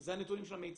אלה הנתונים של המיצ"ב,